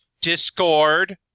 Discord